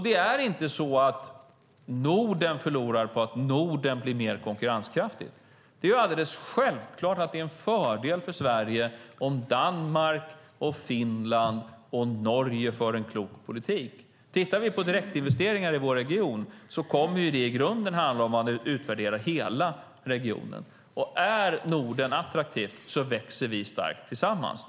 Det är inte så att Norden förlorar på att Norden blir mer konkurrenskraftigt. Det är alldeles självklart att det är en fördel för Sverige om Danmark, Finland och Norge för en klok politik. Tittar vi på direktinvesteringar i vår region kommer det i grunden att handla om att man utvärderar hela regionen. Om Norden är attraktivt växer vi starkt tillsammans.